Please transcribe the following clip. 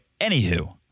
Anywho